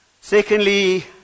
Secondly